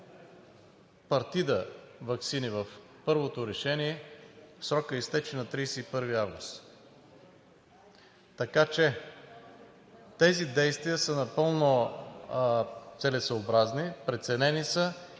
партида ваксини в първото решение, срокът изтече на 31 август. Така че тези действия са напълно целесъобразни, преценени са